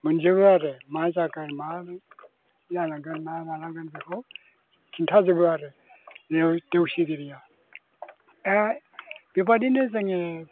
मोनजोबो आरो मा जागोन मा जालांगोन मा मालांगोन बेखौ खिन्थाजोबो आरो नैबे देवसिगिरिया दा बेबादिनो जोङो